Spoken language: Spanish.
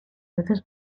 veces